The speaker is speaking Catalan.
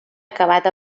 acabat